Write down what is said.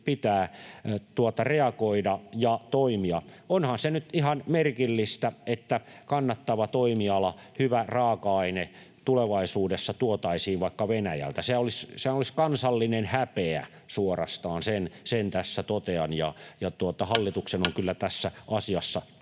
pitää reagoida ja toimia. Onhan se nyt ihan merkillistä, että on kannattava toimiala mutta hyvä raaka-aine tulevaisuudessa tuotaisiin vaikka Venäjältä. Sehän olisi kansallinen häpeä suorastaan, sen tässä totean, ja hallituksen on kyllä tässä asiassa